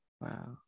wow